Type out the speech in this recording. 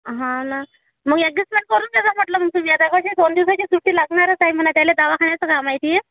हा ना मग एक दिवसात करून टाका म्हटलं मग तुम्ही आता कशी दोन दिवसाची सुट्टी लागणारच आहे म्हणा त्याल दवाखान्याचं काम आहे ती